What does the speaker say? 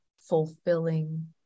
fulfilling